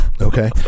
okay